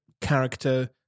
character